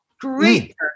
Great